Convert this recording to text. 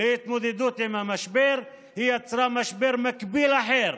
להתמודדות עם המשבר היא יצרה משבר מקביל אחר